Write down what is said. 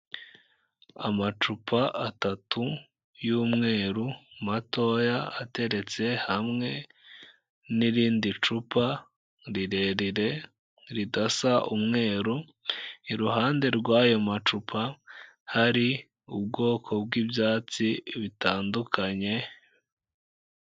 Amacupa atatu y'umweru matoya, ateretse hamwe n'irindi cupa rirerire, ridasa umweru, iruhande rw'ayo macupa, hari ubwoko bw'ibyatsi bitandukanye...